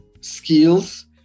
skills